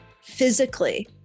physically